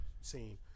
scene